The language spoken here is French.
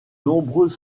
nombreux